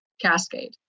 cascade